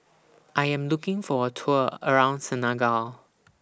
I Am looking For A Tour around Senegal